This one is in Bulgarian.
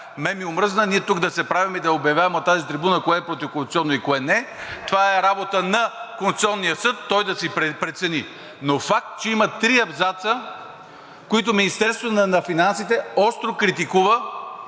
ми омръзна тук да се правим и да обявяваме от тази трибуна кое е противоконституционно и кое не. Това е работа на Конституционния съд, той да си прецени. Но факт е, че има три абзаца, където Министерството на финансите остро критикува